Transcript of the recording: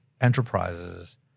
enterprises